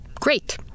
great